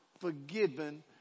forgiven